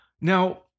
Now